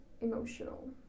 emotional